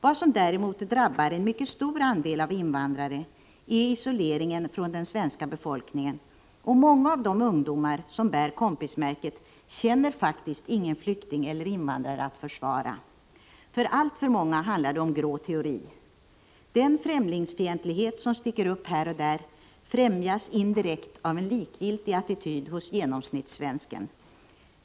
Vad som däremot drabbar en mycket stor andel invandrare är isoleringen från den svenska befolkningen, och många av de ungdomar som bär kompis-märket känner faktiskt ingen flykting eller invandrare att försvara. För alltför många handlar det om grå teori. Den främlingsfientlighet som sticker upp här och där främjas indirekt av en likgiltig attityd hos genomsnittssvensken.